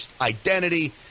identity